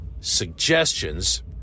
suggestions